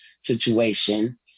situation